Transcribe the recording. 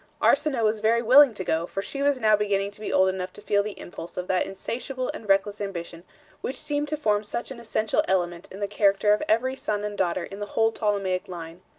arsinoe was very willing to go, for she was now beginning to be old enough to feel the impulse of that insatiable and reckless ambition which seemed to form such an essential element in the character of every son and daughter in the whole ptolemaic line.